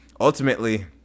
ultimately